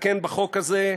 לתקן בחוק הזה,